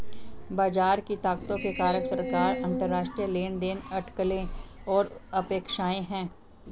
बाजार की ताकतों के कारक सरकार, अंतरराष्ट्रीय लेनदेन, अटकलें और अपेक्षाएं हैं